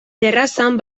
terrazan